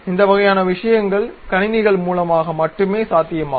இந்த வகையான விஷயங்கள் கணினிகள் மூலமாக மட்டுமே சாத்தியமாகும்